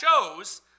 shows